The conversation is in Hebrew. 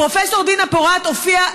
פרופ' דינה פורת הופיעה,